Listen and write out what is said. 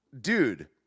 Dude